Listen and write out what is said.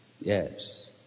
yes